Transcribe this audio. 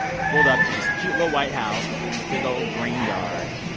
we pulled up to this cute little white house with a big old green yard.